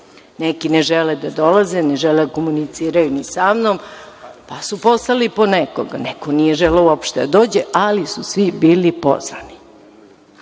Neki ne žele da dolaze, ne žele da komuniciraju ni sa mnom, pa su poslali po nekoga. Neko nije želeo uopšte da dođe, ali su svi bili